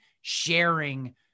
sharing